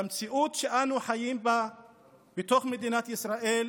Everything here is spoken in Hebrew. במציאות שאנו חיים בה בתוך מדינת ישראל